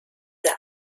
der